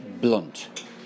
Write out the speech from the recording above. blunt